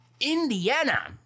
Indiana